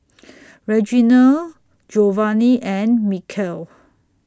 Reginal Giovanni and Mykel